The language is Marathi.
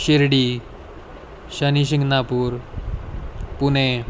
शिर्डी शनिशिंगणापूर पुने